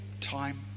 time